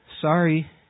Sorry